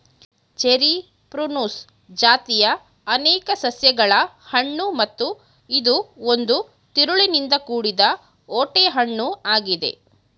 cherry prunus ಜಾತಿಯ ಅನೇಕ ಸಸ್ಯಗಳ ಹಣ್ಣು ಮತ್ತು ಇದು ಒಂದು ತಿರುಳಿನಿಂದ ಕೂಡಿದ ಓಟೆ ಹಣ್ಣು ಆಗಿದೆ